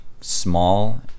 small